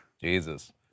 Jesus